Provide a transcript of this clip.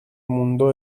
mundo